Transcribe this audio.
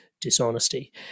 dishonesty